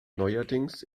neuerdings